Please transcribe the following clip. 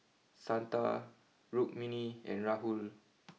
Santha Rukmini and Rahul